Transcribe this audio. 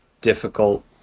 difficult